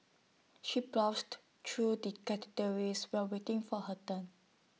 she browsed through the categories while waiting for her turn